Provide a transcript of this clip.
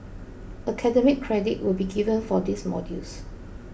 academic credit will be given for these modules